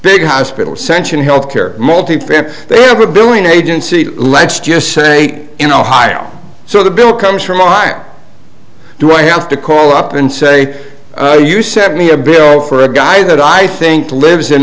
big hospital sanction health care multifamily they have a billing agency let's just say in ohio so the bill comes from why do i have to call up and say you set me a bill for a guy that i think lives in